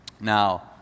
Now